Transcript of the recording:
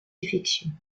défections